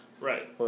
Right